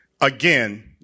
again